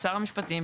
(ב)שר המשפטים,